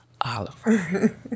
Oliver